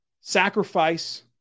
sacrifice